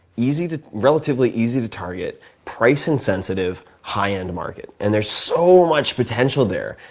easy to relatively easy to target price insensitive high end market. and there's so much potential there.